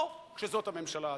לא כשזאת הממשלה הזאת.